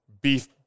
Beef